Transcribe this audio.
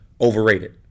overrated